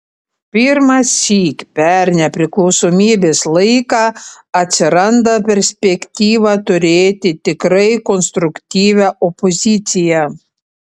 pirmąsyk per nepriklausomybės laiką atsiranda perspektyva turėti tikrai konstruktyvią opoziciją